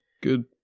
Good